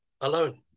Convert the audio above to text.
alone